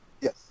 Yes